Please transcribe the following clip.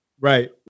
right